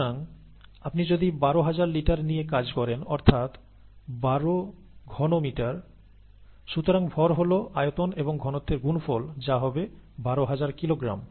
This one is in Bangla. সুতরাং আপনি যদি 12 হাজার লিটার নিয়ে কাজ করেন অর্থাৎ 12 ঘনমিটার সুতরাং ভর হল আয়তন এবং ঘনত্বের গুণফল যা হবে 12000 কিলোগ্রাম